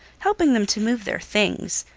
helping them to move their things,